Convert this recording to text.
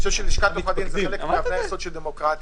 אני חושב שלשכת עורכי הדין זה חלק מהמערכת של דמוקרטיה,